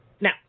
Now